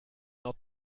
not